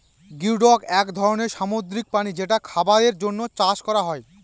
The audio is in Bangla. গিওডক এক ধরনের সামুদ্রিক প্রাণী যেটা খাবারের জন্য চাষ করা হয়